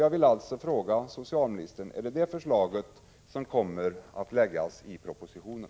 Jag vill fråga socialministern: Är det detta förslag som kommer att läggas fram i propositionen?